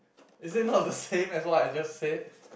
is it not the same as what I just said